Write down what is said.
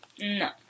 No